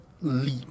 leap